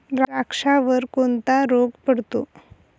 द्राक्षावर कोणता रोग पडतो?